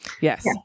Yes